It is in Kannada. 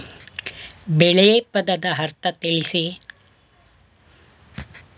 ಬೆಳೆ ಪದದ ಅರ್ಥ ತಿಳಿಸಿ?